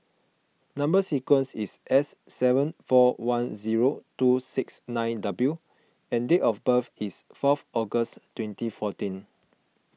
Number Sequence is S seven four one zero two six nine W and date of birth is fourth August twenty fourteen